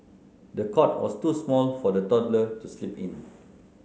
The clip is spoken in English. the cot was too small for the toddler to sleep in